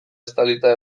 estalita